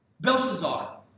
Belshazzar